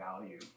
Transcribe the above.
value